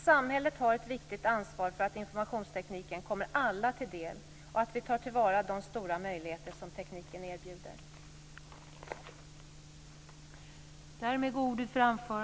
Samhället har ett viktigt ansvar för att informationstekniken kommer alla till del och att vi tar till vara de stora möjligheter som tekniken erbjuder.